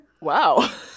Wow